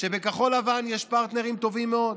שבכחול לבן יש פרטנרים טובים מאוד.